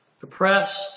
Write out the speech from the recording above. depressed